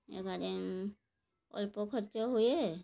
ଏଗାରେ ଅଳ୍ପ ଖର୍ଚ୍ଚ ହୁଏ